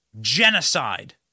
genocide